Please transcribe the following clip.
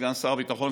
סגן שר הביטחון,